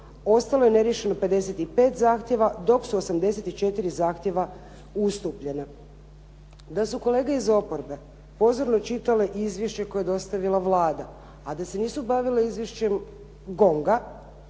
ostalo je neriješeno 55 zahtjeva dok su 84 zahtjeva ustupljena. Da su kolege iz oporbe pozorno čitale izvješće koje je dostavila Vlada a da se nisu bavili izvješćem GONG-a